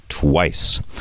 Twice